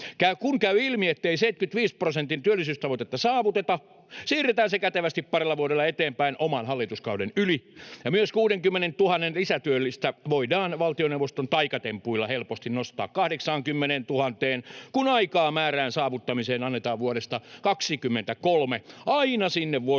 Kun käy ilmi, ettei 75 prosentin työllisyystavoitetta saavuteta, siirretään se kätevästi parilla vuodella eteenpäin, oman hallituskauden yli. Myös 60 000 lisätyöllistä voidaan valtioneuvoston taikatempuilla helposti nostaa 80 000:een, kun aikaa määrän saavuttamiseen annetaan vuodesta 23 aina sinne